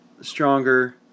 stronger